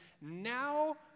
now